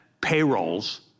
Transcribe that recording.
payrolls